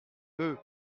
eux